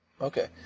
Okay